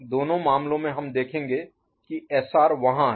दोनों मामलों में हम देखेंगे कि SR वहाँ है